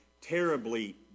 terribly